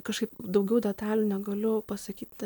kažkaip daugiau detalių negaliu pasakyt